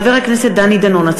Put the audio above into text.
חבר הכנסת דני דנון,